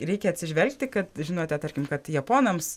reikia atsižvelgti kad žinote tarkim kad japonams